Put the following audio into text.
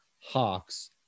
hawks